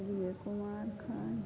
बुझू जे केना खाएल